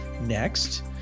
next